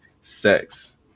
sex